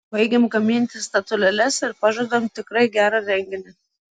baigiam gaminti statulėles ir pažadam tikrai gerą renginį